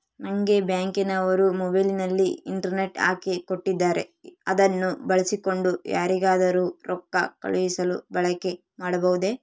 ನಂಗೆ ಬ್ಯಾಂಕಿನವರು ಮೊಬೈಲಿನಲ್ಲಿ ಇಂಟರ್ನೆಟ್ ಹಾಕಿ ಕೊಟ್ಟಿದ್ದಾರೆ ಅದನ್ನು ಬಳಸಿಕೊಂಡು ಯಾರಿಗಾದರೂ ರೊಕ್ಕ ಕಳುಹಿಸಲು ಬಳಕೆ ಮಾಡಬಹುದೇ?